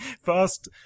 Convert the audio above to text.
first